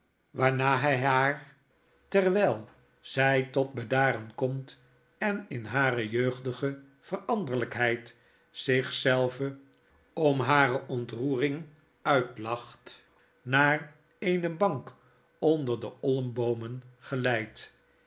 waarna hy haar terwijl zjj tot bedaren komt en in harejeugdige veranderlijkheid zich zelve om hare ontroering uitlacht naar eene bank onder de olmboomen geleidt